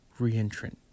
reentrant